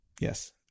Yes